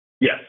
Yes